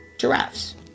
giraffes